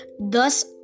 thus